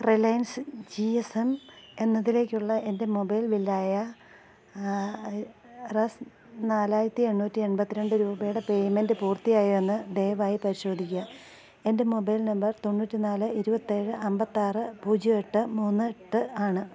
Reliance G S M എന്നതിലേക്കുള്ള എൻ്റെ mobile ബില്ലായ റസ് നാലായിരത്തി എണ്ണൂറ്റി എൺപത്തി രണ്ട് രൂപയുടെ പേയ്മെൻ്റ് പൂർത്തിയായോ എന്ന് ദയവായി പരിശോധിക്കുക എൻ്റെ മൊബൈൽ നമ്പർ തൊണ്ണൂറ്റി നാല് ഇരുപത്തി ഏഴ് അൻപത്തി ആറ് പൂജ്യം എട്ട് മൂന്ന് എട്ട് ആണ്